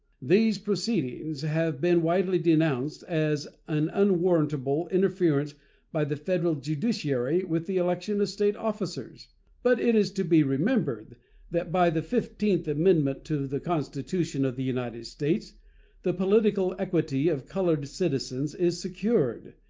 these proceedings have been widely denounced as an unwarrantable interference by the federal judiciary with the election of state officers but it is to be remembered that by the fifteenth amendment to the constitution of the united states the political equality of colored citizens is secured,